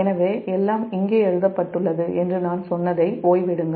எனவே எல்லாம் இங்கே எழுதப்பட்டுள்ளது என்று நான் சொன்னதை ஓய்வெடுங்கள்